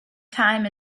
time